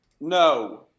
no